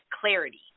clarity